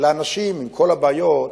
והוא משיב בצורה הזאת.